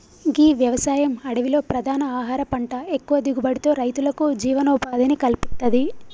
గీ వ్యవసాయం అడవిలో ప్రధాన ఆహార పంట ఎక్కువ దిగుబడితో రైతులకు జీవనోపాధిని కల్పిత్తది